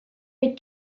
been